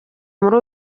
muri